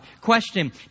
Question